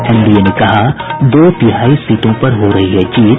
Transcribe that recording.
NDA ने कहा दो तिहाई सीटों पर हो रही है जीत